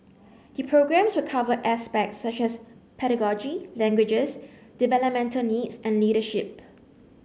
the programmes will cover aspects such as pedagogy languages developmental needs and leadership